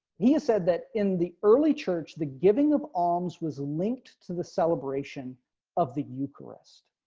he said that in the early church, the giving of arms was linked to the celebration of the eucharist.